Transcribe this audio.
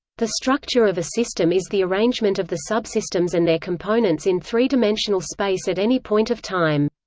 the structure of a system is the arrangement of the subsystems and their components in three-dimensional space at any point of time.